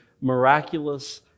miraculous